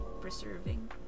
Preserving